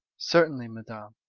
certainly, madam,